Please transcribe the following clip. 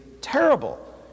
terrible